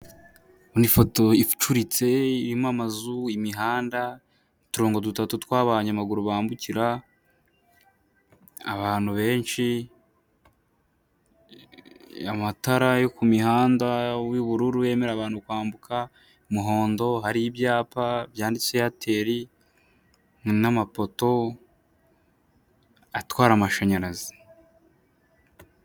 Ifoto icuritse irimo amazu, imihanda, uturongo dutatu tw'aho abanyamaguru bambukira, abantu benshi, amatara yo ku mihanda w'ubururu yemerera abantu kwambuka, umuhondo hari ibyapa byanditseho eyateri n'amapoto atwara amashanyarazi.